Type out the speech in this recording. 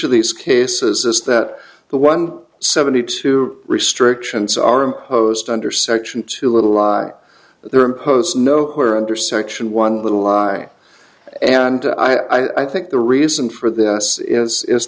of these cases is that the one seventy two restrictions are imposed under section two little there impose no who are under section one little lie and i think the reason for this is